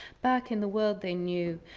back in the world they knew.